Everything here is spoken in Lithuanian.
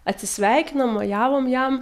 atsisveikinom mojavom jam